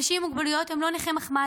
אנשים עם מוגבלויות הם לא נכי מחמד.